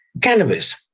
cannabis